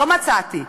לא מצאתי.